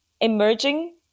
emerging